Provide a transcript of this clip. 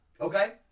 Okay